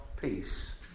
peace